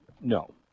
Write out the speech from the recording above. No